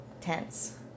tense